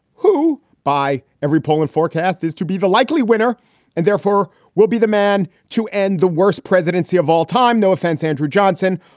who by every polling forecast is to be the likely winner and therefore will be the man to end the worst presidency of all time. no offense, andrew johnson.